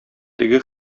теге